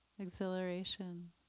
exhilaration